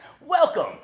welcome